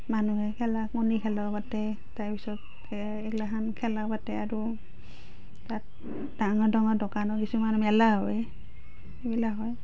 মানুহে খেলা কণী খেলো পাতে তাৰপিছত এইগিলাখন খেলা পাতে আৰু তাত ডাঙৰ ডাঙৰ দোকানো কিছুমান মেলা হয় সেইবিলাক হয়